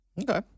Okay